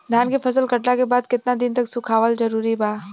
धान के फसल कटला के बाद केतना दिन तक सुखावल जरूरी बा?